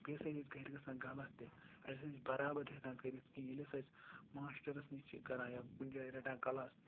بیٚیہِ ہَسا أسۍ گَرِ گژھان غلط تہِ اَسہِ ہَسا چھِ بَرابَر تہِ ہٮ۪کان کٔرِتھ کِہیٖنۍ ییٚلہِ ہَسا اَسہِ ماشٹَرَس نِش چھِ کَران یا کُنہِ جایہِ رَٹان کَلاس